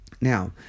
Now